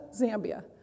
Zambia